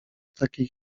takiej